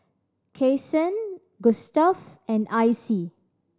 Kasen Gustav and Icy